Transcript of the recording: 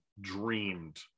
dreamed